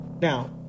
Now